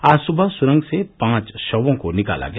आज सुबह सुरंग से पांच शवों को निकाला गया